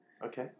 Okay